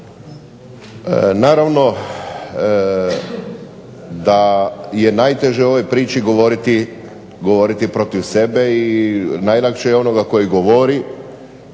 Naravno da je najteže u ovoj priči govoriti protiv sebe i najlakše je onoga koji govori